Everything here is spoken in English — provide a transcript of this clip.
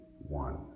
one